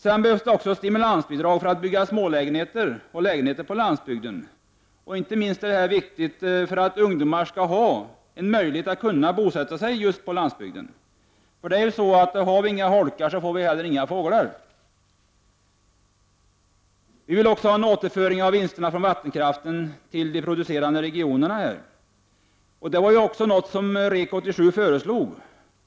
Vidare behövs det också stimulansbidrag för att bygga smålägenheter på landsbygden. Detta är inte minst viktigt för att ungdomar skall ha en möjlighet att bosätta sig på landsbygden. För det är ju så, att har vi inga holkar så får vi heller inga fåglar. Vi vill också ha en återföring av vinsterna från vattenkraften till de producerande regionerna. Detta var ju något som Rek-87 föreslog.